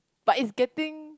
but it's getting